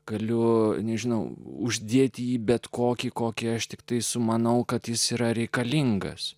kaliu nežinau uždėti į bet kokį kokį aš tiktai sumanau kad jis yra reikalingas